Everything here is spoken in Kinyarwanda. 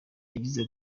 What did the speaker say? yagize